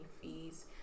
fees